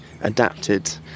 adapted